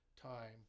time